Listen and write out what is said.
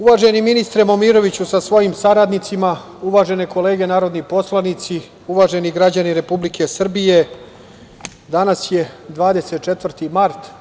Uvaženi ministre Momiroviću sa svojim saradnicima, uvažene kolege narodni poslanici, uvaženi građani Republike Srbije, danas je 24. mart.